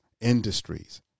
industries